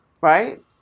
right